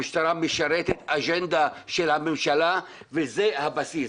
המשטרה משרתת אג'נדה של הממשלה וזה הבסיס.